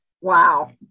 wow